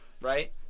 right